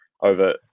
over